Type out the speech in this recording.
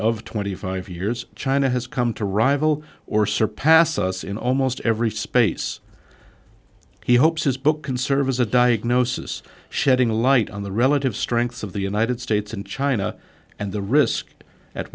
of twenty five years china has come to rival or surpass us in almost every space he hopes his book conserve as a diagnosis shedding light on the relative strengths of the united states and china and the risk at